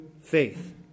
faith